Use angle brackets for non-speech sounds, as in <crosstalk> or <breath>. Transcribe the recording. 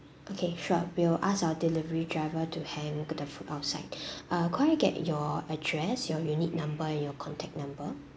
okay sure we'll ask our delivery driver to hang the food outside <breath> uh could I get your address your unit number and your contact number